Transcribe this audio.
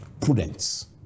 Prudence